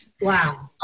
Wow